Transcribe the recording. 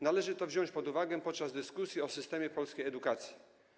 Należy to wziąć pod uwagę podczas dyskusji o systemie polskiej edukacji.